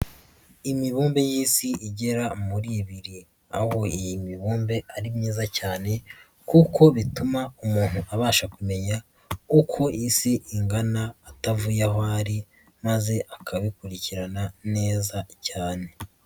Imibumbe y'isi igera muri ibiri, aho iyi mibumbe ari myiza cyane kuko bituma umuntu abasha kumenya uko Isi ingana atavuye aho ari maze akabikurikirana neza cyane.